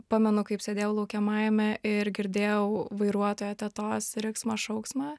pamenu kaip sėdėjau laukiamajame ir girdėjau vairuotoją tetos riksmą šauksmą